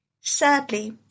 Sadly